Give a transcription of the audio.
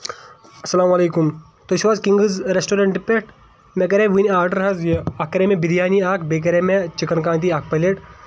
السلام علیکُم تُہۍ چھِو حظ کنگس ریٚسٹورنٛٹ پٮ۪ٹھ مےٚ کَرے وٕنۍ آرڈر حظ یہِ اکھ کَرے مےٚ بِریانی اکھ بیٚیہِ کرے مےٚ چِکن کانٛتی اکھ پَلیٹ